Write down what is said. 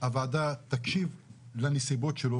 הוועדה תקשיב לנסיבות שלו.